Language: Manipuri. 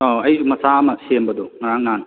ꯑꯣ ꯑꯌꯨꯛ ꯃꯆꯥ ꯑꯃ ꯁꯦꯝꯕꯗꯣ ꯉꯔꯥꯡ ꯅꯍꯥꯟ